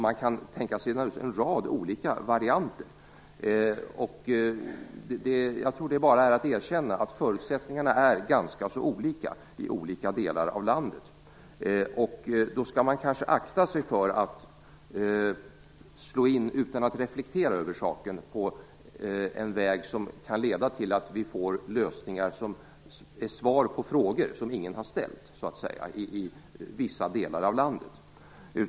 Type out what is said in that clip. Man kan tänka sig en rad olika varianter. Jag tror att man bara har att erkänna att förutsättningarna är ganska så olika i olika delar av landet. Man skall kanske akta sig för att utan att reflektera över saken slå in på en väg som kan leda till att vi i vissa delar av landet får lösningar som, så att säga, är svar på frågor som ingen har ställt.